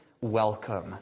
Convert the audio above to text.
welcome